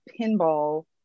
pinball